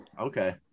Okay